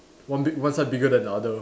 one big one side bigger than the other